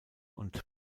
und